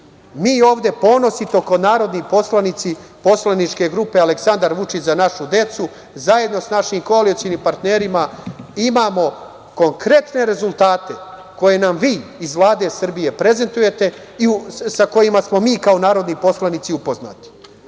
mi ovde ponosito kao narodni poslanici poslaničke grupe Aleksandar Vučić – Za našu decu, zajedno sa našim koalicionim partnerima, imamo konkretne rezultate, koje nam vi iz Vlade Srbije prezentujete i sa kojima smo mi kao narodni poslanici upoznati. Dakle,